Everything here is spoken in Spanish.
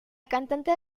cantante